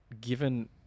given